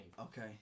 okay